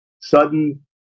sudden